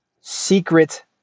secret